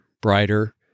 brighter